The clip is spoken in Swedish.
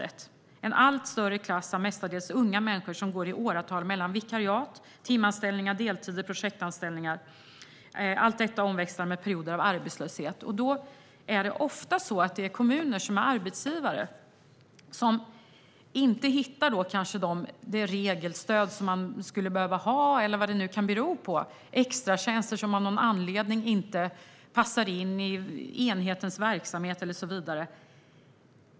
Det är "en allt större klass av mestadels unga människor som går i åratal mellan vikariat, timanställningar, deltider, projektanställningar, allt detta omväxlande med perioder av arbetslöshet". Det är ofta kommuner som är arbetsgivare men inte hittar det regelstöd som man skulle behöva ha eller vad det nu kan bero på. Det är extratjänster som av någon anledning inte passar in i enhetens verksamhet och så vidare.